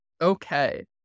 Okay